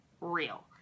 real